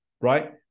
right